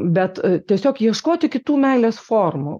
bet tiesiog ieškoti kitų meilės formų